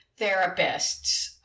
therapists